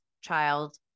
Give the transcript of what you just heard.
child